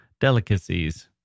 delicacies